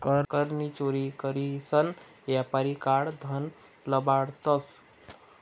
कर नी चोरी करीसन यापारी काळं धन लपाडतंस